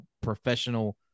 professional